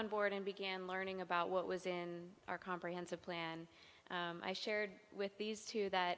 on board and began learning about what was in our comprehensive plan and i shared with these two that